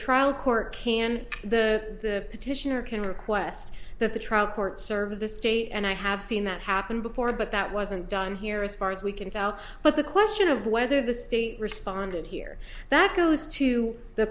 trial court can the petitioner can request that the trial court serve the state and i have seen that happen before but that wasn't done here as far as we can tell but the question of whether the state responded here that goes to the